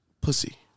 pussy